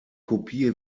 kopie